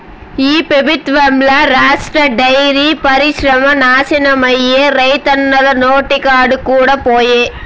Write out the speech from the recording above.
ఈ పెబుత్వంల రాష్ట్ర డైరీ పరిశ్రమ నాశనమైపాయే, రైతన్నల నోటికాడి కూడు పాయె